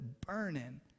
burning